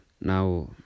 Now